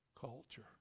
culture